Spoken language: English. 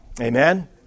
Amen